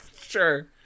Sure